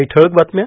काही ठळक बातम्या